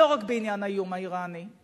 לא רק בעניין האיום האירני.